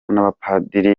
n’abapadiri